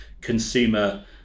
consumer